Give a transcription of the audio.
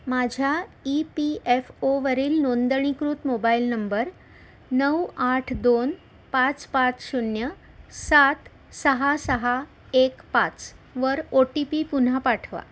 माझ्या E P F ओवरील नोंदणीकृत मोबाईल नंबर नऊ आठ दोन पाच पाच शून्य सात सहा सहा एक पाच वर ओ टी पी पुन्हा पाठवा